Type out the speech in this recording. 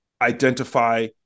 identify